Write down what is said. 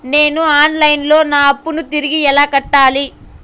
నేను online లో నా అప్పును తిరిగి ఎలా కట్టాలి?